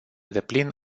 deplin